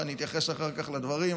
ואתייחס אחר כך לדברים,